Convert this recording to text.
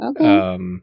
Okay